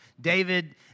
David